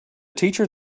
teacher